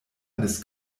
eines